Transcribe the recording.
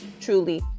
truly